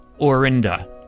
Orinda